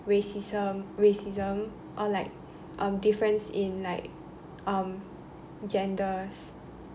racism racism or like um difference in like um genders